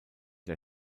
der